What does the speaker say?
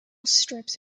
strips